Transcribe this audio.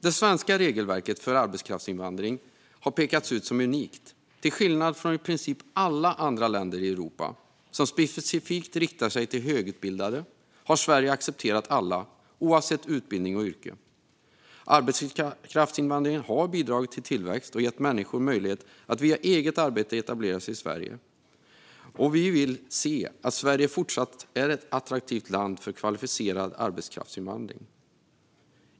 Det svenska regelverket för arbetskraftsinvandring har pekats ut som unikt. Till skillnad från i princip alla andra länder i Europa, som specifikt riktar sig till högutbildade, har Sverige accepterat alla oavsett utbildning och yrke. Arbetskraftsinvandringen har bidragit till tillväxt och gett människor möjlighet att via eget arbete etablera sig i Sverige. Vi vill att Sverige fortsatt ska vara ett attraktivt land för kvalificerad arbetskraftsinvandring.